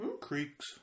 Creeks